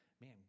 man